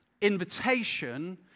invitation